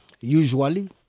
usually